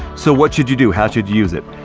so, what should you do? how should you use it?